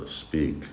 speak